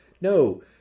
no